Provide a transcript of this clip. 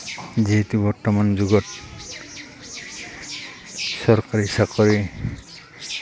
যিহেতু বৰ্তমান যুগত চৰকাৰী চাকৰি